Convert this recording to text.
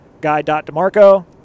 guy.demarco